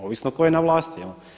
Ovisno tko je na vlasti.